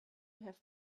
have